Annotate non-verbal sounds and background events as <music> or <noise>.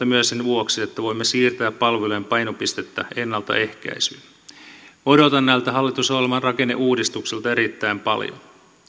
<unintelligible> myös sen vuoksi että voimme siirtää palvelujen painopistettä ennaltaehkäisyyn odotan näiltä hallitusohjelman rakenneuudistuksilta erittäin paljon